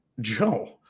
Joe